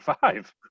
five